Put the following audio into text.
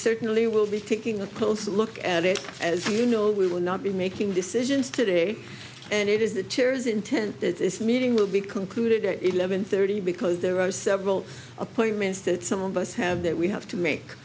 certainly will be taking a close look at it as you know we will not be making decisions today and it is the tears intend that this meeting will be concluded to eleven thirty because there are several appointments that some of us have that we have to make